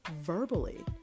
verbally